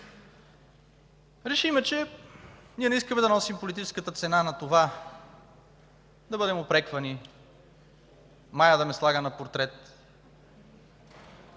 решим, че не искаме да носим политическата цена за това; да бъдем упреквани; Мая да ме слага на портрет,